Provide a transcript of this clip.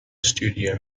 studio